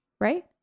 right